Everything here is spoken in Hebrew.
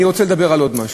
אני רוצה לדבר על עוד משהו,